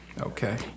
Okay